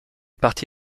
parti